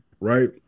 Right